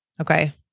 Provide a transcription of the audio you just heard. Okay